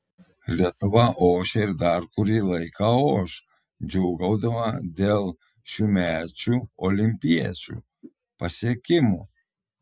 lietuva ošia ir dar kurį laiką oš džiūgaudama dėl šiųmečių olimpiečių pasiekimų